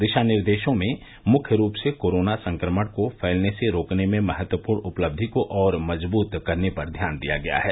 दिशा निर्देशों में मुख्य रूप से कोरोना संक्रमण को फैलने से रोकने में महत्वपूर्ण उपलब्धि को और मजब्त करने पर ध्यान दिया गया है